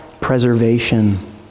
preservation